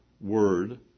word